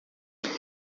diga